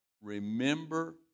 remember